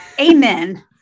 Amen